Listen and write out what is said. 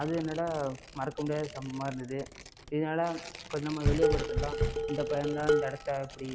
அது என்னோட மறக்க முடியாத சம்பவமாக இருந்தது இதனால கொஞ்சம் நம்ம வெளியே போற இடத்தெல்லாம் இந்த பையன் தான் இந்த இடத்த இப்படி